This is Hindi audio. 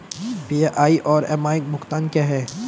पी.आई और एम.आई भुगतान क्या हैं?